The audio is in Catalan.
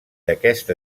d’aquest